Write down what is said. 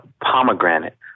pomegranate